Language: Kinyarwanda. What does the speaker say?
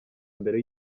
mbere